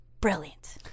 brilliant